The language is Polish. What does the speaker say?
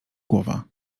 głowa